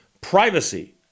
Privacy